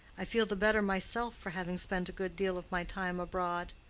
i feel the better myself for having spent a good deal of my time abroad.